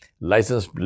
license